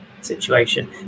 situation